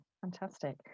fantastic